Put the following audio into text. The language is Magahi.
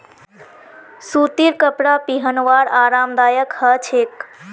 सूतीर कपरा पिहनवार आरामदायक ह छेक